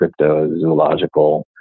cryptozoological